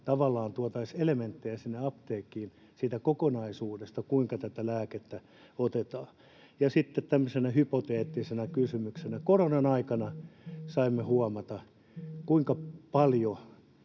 tuotaisiin elementtejä sinne apteekkiin siitä kokonaisuudesta, kuinka tätä lääkettä otetaan? Ja sitten tämmöisenä hypoteettisena kysymyksenä: kun koronan aikana saimme huomata, kuinka paljon